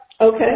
Okay